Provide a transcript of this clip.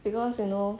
because you know